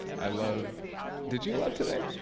i love did you love today?